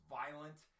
violent